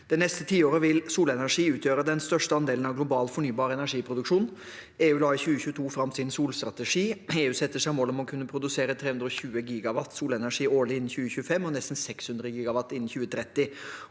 Det neste tiåret vil solenergi utgjøre den største andelen av global fornybar energiproduksjon. EU la i 2022 fram sin solstrategi. EU setter seg mål om å kunne produsere 320 GW solenergi årlig innen 2025 og nesten 600 GW innen 2030.